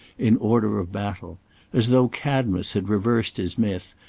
in order of baffle as though cadmus had reversed his myth,